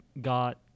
got